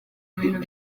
bintu